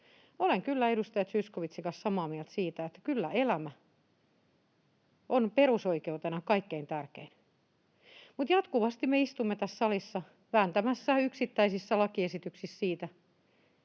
kyllä edustaja Zyskowiczin kanssa samaa mieltä siitä, että kyllä elämä on perusoikeutena kaikkein tärkein, mutta jatkuvasti me istumme tässä salissa vääntämässä yksittäisissä lakiesityksissä siitä,